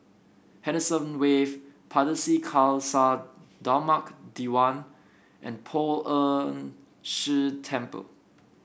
Henderson Wave Pardesi Khalsa Dharmak Diwan and Poh Ern Shih Temple